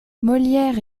molière